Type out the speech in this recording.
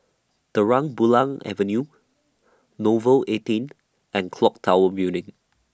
Terang Bulan Avenue Nouvel eighteen and Clock Tower Building